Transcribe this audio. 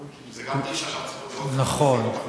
גם זו דרישה שצריך, נכון.